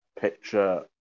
picture